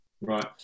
right